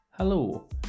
Hello